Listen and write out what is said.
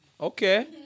Okay